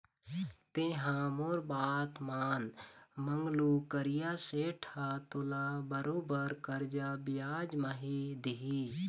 तेंहा मोर बात मान मंगलू करिया सेठ ह तोला बरोबर करजा बियाज म दिही